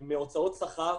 מהוצאות שכר.